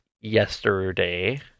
yesterday